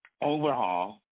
Overhaul